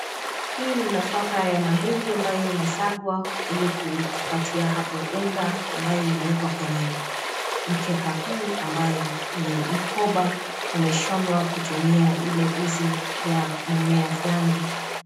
Hii ni nafaka ya mahindi ambayo imesagwa ili kutupatia hapo unga ambayo imewekwa kwenye mkeka huu ambayo ni mkoba umeshonwa kutumia ile uzi ya mmea fulani.